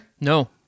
No